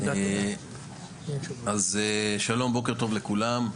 תודה, בוקר טוב לכולם.